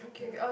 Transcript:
yeah